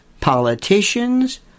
politicians